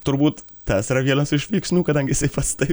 turbūt tas yra vienas iš veiksnių kadangi jisai pats tai